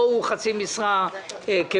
פה הוא חצי משרה כמנהל